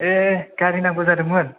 ए गारि नांगौ जादोंमोन